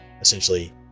essentially